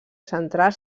centrar